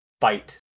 fight